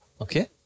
okay